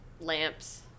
lamps